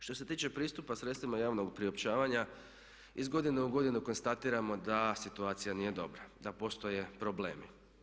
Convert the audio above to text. Što se tiče pristupa sredstvima javnog priopćavanja iz godine u godinu konstatiramo da situacija nije dobra, da postoje problemi.